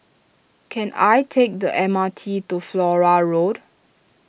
can I take the M R T to Flora Road